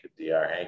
drhank